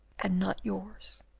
and not yours.